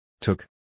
Took